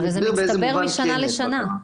הרי זה מצטבר משנה לשנה.